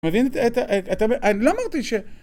מבין את ה... את ה... אני לא אמרתי ש...